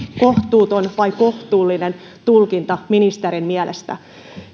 kohtuuton vai kohtuullinen tulkinta ministerin mielestä